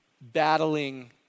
battling